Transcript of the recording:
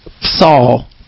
Saul